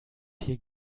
hier